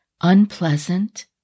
unpleasant